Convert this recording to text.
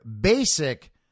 basic